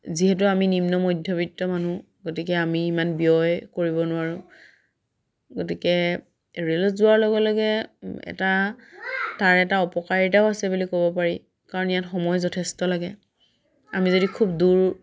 যিহেতু আমি নিম্ন মধ্যবিত্ত মানুহ গতিকে আমি ইমান ব্যয় কৰিব নোৱাৰোঁ গতিকে ৰে'লত যোৱাৰ লগে লগে এটা তাৰ এটা অপকাৰিতাও আছে বুলি ক'ব পাৰি কাৰণ ইয়াত সময় যথেষ্ট লাগে আমি যদি খুব দূৰ